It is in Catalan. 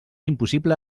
impossible